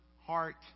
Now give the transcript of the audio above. heart